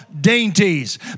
dainties